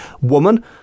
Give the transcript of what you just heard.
woman